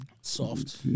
Soft